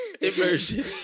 Immersion